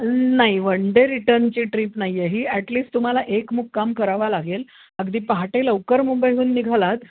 नाही one day रिटर्नची trip नाही आहे ही ॲटलीस्ट तुम्हाला एक मुक्काम करावा लागेल अगदी पहाटे लवकर मुंबईहून निघालात